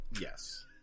Yes